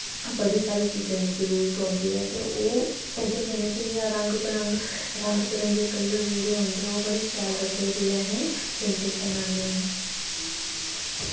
बड़ी सारी चीज़ें दी जरूरत होंदी ऐ ते ओह् ओह्दे कन्नै केह् जि'यां रंग बरंगे कलर जेह्ड़े होंदे ओह् बड़े शैल लगदे जेल्लै असें पेंटिंग बनाने आं